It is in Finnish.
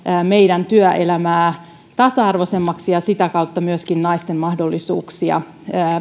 meidän työelämää tasa arvoisemmaksi ja sitä kautta myöskin naisille mahdollisuuksia